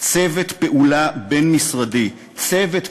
צוות פעולה בין-משרדי, צוות פעולה,